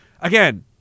again